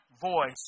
voice